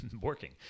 working